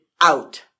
out